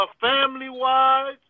family-wise